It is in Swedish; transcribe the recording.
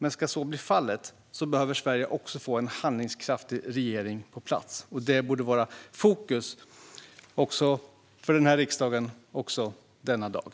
Men ska så bli fallet behöver Sverige få en handlingskraftig regering på plats. Det borde vara fokus för riksdagen också denna dag.